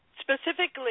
Specifically